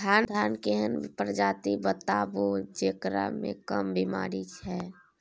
धान के एहन प्रजाति बताबू जेकरा मे कम बीमारी हैय?